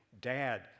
Dad